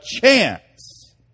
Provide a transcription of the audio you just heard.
chance